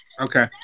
Okay